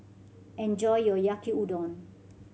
enjoy your Yaki Udon